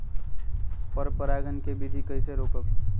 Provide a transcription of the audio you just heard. पर परागण केबिधी कईसे रोकब?